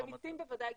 במיסים בוודאי.